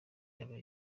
yaba